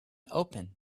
open